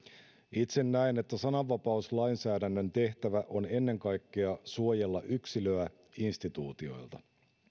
itse näen että sananvapauslainsäädännön tehtävä on ennen kaikkea suojella yksilöä instituutioilta